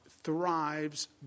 thrives